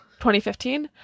2015